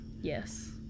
Yes